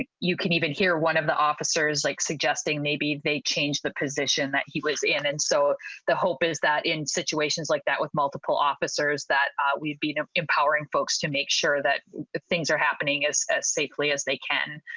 you you can even hear one of the officers like suggesting maybe they changed the position that he was seeing and so the hope is that in situations like that with multiple officers that we've been ah in power and folks to make sure that things are happening us as safely as they can.